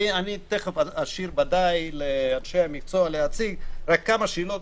אני תכף אשאיר לאנשי המקצוע להציג, אבל כמה שאלות